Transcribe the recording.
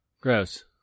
Gross